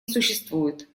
существует